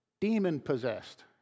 demon-possessed